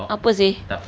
apa seh